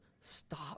stop